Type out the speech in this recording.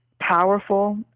powerful